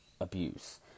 abuse